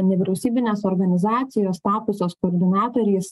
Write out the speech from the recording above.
nevyriausybinės organizacijos tapusios koordinatoriais